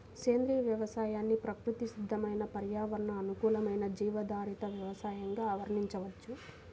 సేంద్రియ వ్యవసాయాన్ని ప్రకృతి సిద్దమైన పర్యావరణ అనుకూలమైన జీవాధారిత వ్యవసయంగా వర్ణించవచ్చు